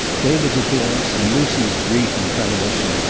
david's appearance and lucy's grief and premonition,